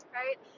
right